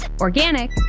organic